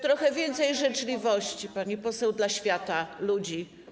Trochę więcej życzliwości, pani poseł, dla świata, ludzi.